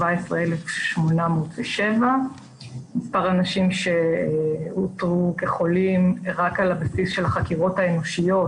והוא 17,807. מספר האנשים שאותרו כחולים רק על בסיס החקירות האנושיות